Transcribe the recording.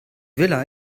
vila